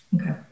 Okay